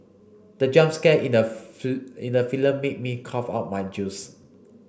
the jump scare in the in the film made me cough out my juice